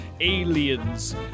Aliens